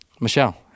Michelle